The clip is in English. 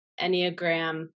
Enneagram